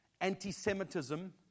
anti-Semitism